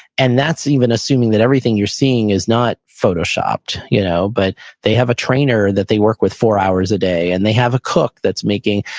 and that's even assuming that everything you're seeing is not photo-shopped. you know but they have a trainer that they work four hours a day, and they have a cook that's making,